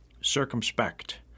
Circumspect